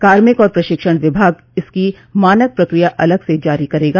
कार्मिक और प्रशिक्षण विभाग इसकी मानक प्रक्रिया अलग से जारी करेगा